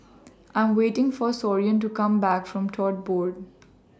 I'm waiting For Soren to Come Back from Tote Board